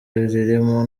ririmo